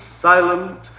silent